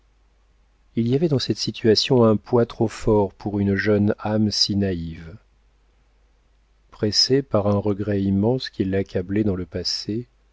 il y avait dans cette situation un poids trop fort pour une jeune âme si naïve pressé par un regret immense qui l'accablait dans le passé